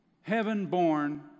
Heaven-born